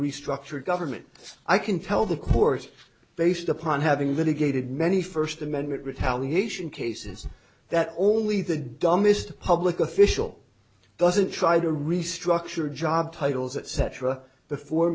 restructured government i can tell the course based upon having litigated many first amendment retaliation cases that only the dumbest public official doesn't try to restructure job titles etc before